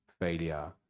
failure